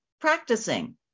practicing